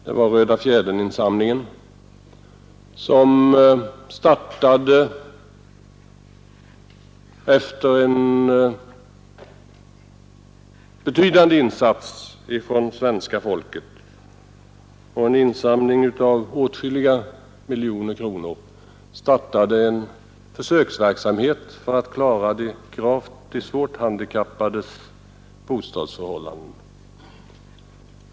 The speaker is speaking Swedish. Det var Röda fjädern-insamlingen, som efter en betydande insats från svenska folket och en insamling av åtskilliga miljoner kronor startade en försöksverksamhet för att klara de svårt handikappades bostadsförhållanden.